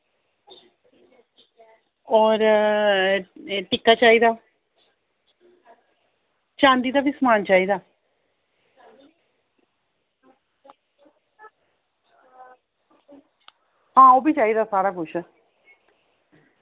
होर टिक्का चाहिदा चांदी दा बी समान चाहिदा आं ओह्बी चाहिदा सारा कुछ